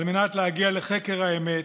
על מנת להגיע לחקר האמת